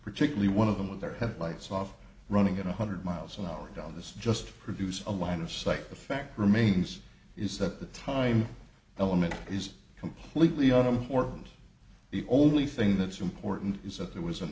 particularly one of them with their headlights off running at a hundred miles an hour while this just produce a line of sight the fact remains is that the time element is completely on the horns the only thing that's important is that there was an